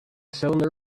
cylinder